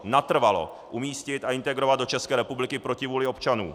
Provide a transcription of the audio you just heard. Natrvalo umístit a integrovat do České republiky proti vůli občanů.